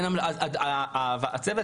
זה